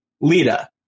Lita